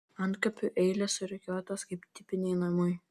antkapių eilės surikiuotos kaip tipiniai namai